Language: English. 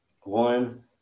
one